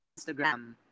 Instagram